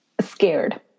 scared